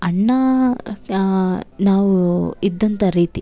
ಅಣ್ಣಾ ನಾವೂ ಇದ್ದಂಥ ರೀತಿ